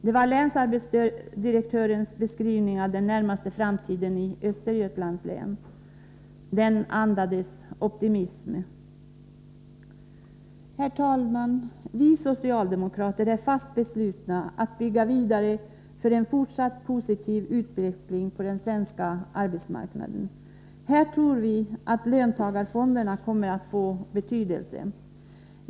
Detta var alltså länsarbetsdirektörens beskrivning av den närmaste framtiden i Östergötland. Den andades optimism. Herr talman! Vi socialdemokrater är fast beslutna att arbeta vidare för en fortsatt positiv utveckling på den svenska arbetsmarknaden. Här tror vi att löntagarfonderna kommer att få betydelse.